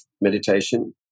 meditation